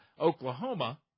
Oklahoma